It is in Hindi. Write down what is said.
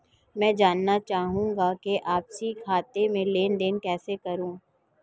मैं जानना चाहूँगा कि आपसी खाते में लेनदेन कैसे करें?